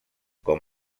com